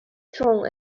strong